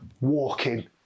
walking